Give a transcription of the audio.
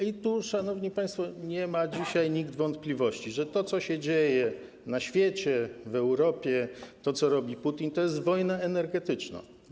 I tu, szanowni państwo, nikt nie ma dzisiaj wątpliwości, że to, co się dzieje na świecie, w Europie, to, co robi Putin, to jest wojna energetyczna.